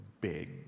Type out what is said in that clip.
big